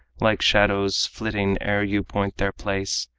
like shadows flitting ere you point their place,